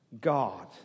God